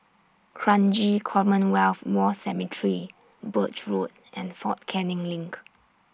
Kranji Commonwealth War Cemetery Birch Road and Fort Canning LINK